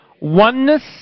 oneness